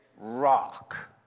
rock